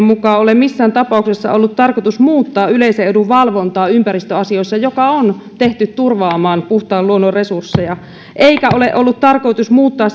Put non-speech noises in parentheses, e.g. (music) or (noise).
(unintelligible) mukaan ole missään tapauksessa ollut tarkoitus muuttaa yleisen edun valvontaa ympäristöasioissa mikä on tehty turvaamaan puhtaan luonnon resursseja eikä ole ollut tarkoitus muuttaa (unintelligible)